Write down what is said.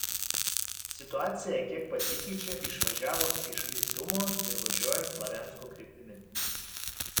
situacija kiek pasikeičia išvažiavus iš iziumo ir važiuojant slaviansko kryptimi